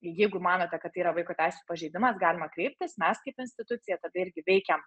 jeigu manote kad tai yra vaiko teisių pažeidimas galima kreiptis mes kaip institucija tada irgi veikiam